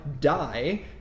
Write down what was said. die